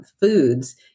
foods